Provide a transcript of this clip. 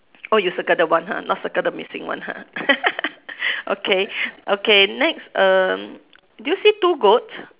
oh you circle the one ha not circle the missing one ha okay okay next err do you see two goat